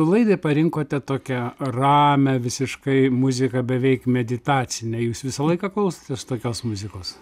laidai parinkote tokią ramią visiškai muziką beveik meditacinę jūs visą laiką klausotės tokios muzikos